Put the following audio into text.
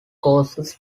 causes